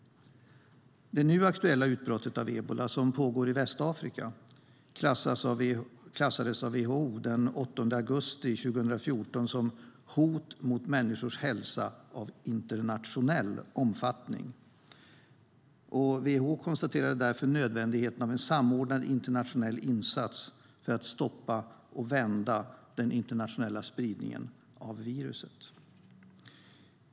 Det nu aktuella utbrottet av ebola som har skett i Västafrika klassades av WHO den 8 augusti 2014 som ett hot mot människors hälsa av internationell omfattning. WHO konstaterade därför nödvändigheten av en samordnad internationell insats för att stoppa och vända den internationella spridningen av viruset.